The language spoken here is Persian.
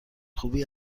خوبی